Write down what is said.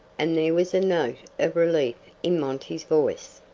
and there was a note of relief in monty's voice.